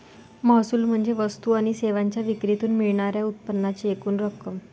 महसूल म्हणजे वस्तू आणि सेवांच्या विक्रीतून मिळणार्या उत्पन्नाची एकूण रक्कम